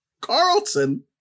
Carlton